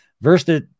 versus